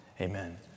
amen